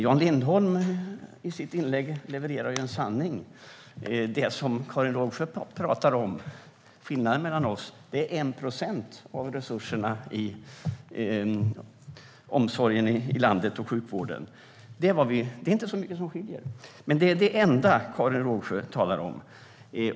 Jan Lindholm levererade en sanning i sitt inlägg. Den skillnad mellan oss som Karin Rågsjö pratar om berör 1 procent av resurserna i omsorgen och sjukvården i landet. Det är inte så mycket som skiljer. Men det är det enda Karin Rågsjö talar om.